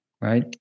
right